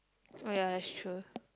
oh ya that's true